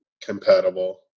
compatible